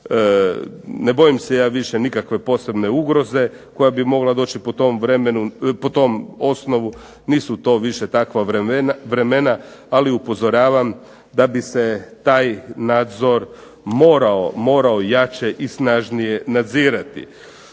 Ne bojim se ja više nikakve posebne ugroze koja bi mogla doći po tom osnovu, nisu to više takva vremena, ali upozoravam da bi se taj nadzor morao jače i snažnije nadzirati.